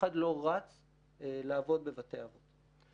לא רץ לעבוד בבתי האבות.